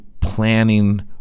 planning